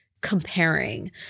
comparing